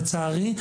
לצערי.